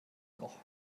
noch